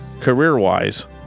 career-wise